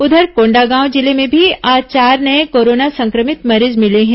उधर कोंडागांव जिले में भी आज चार नये कोरोना संक्रमित मरीज मिले हैं